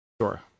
Sure